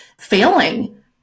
failing